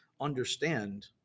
understand